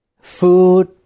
food